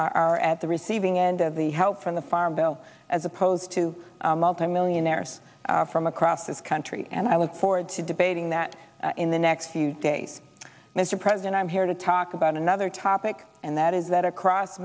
are at the receiving end of the help from the farm bill as opposed to multimillionaires from across this country and i was to debating that in the next few days mr president i'm here to talk about another topic and that is that across